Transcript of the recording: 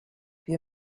wir